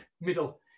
Middle